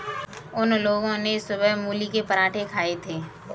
उन लोगो ने सुबह मूली के पराठे खाए थे